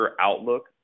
outlook